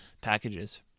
packages